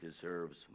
deserves